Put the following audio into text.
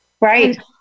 Right